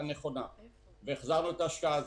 נכונה ולכן החזרנו את ההשקעה הזאת.